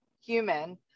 human